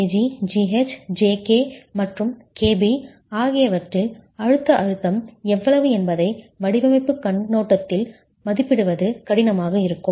AG GH JK மற்றும் KB ஆகியவற்றில் அழுத்த அழுத்தம் எவ்வளவு என்பதை வடிவமைப்புக் கண்ணோட்டத்தில் மதிப்பிடுவது கடினமாக இருக்கும்